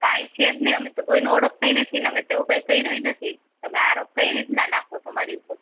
કાંઈ છે જ નહીં અમે તો કોઈને ઓળખતા ય નથી ને અમે તો એવું કાંઈ કર્યું ય નથી તમે આરોપ કઈ રીતના નાખો છો મારી ઉપર